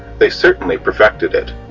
they certainly perfected it.